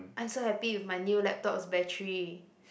I'm so happy with my new laptop's battery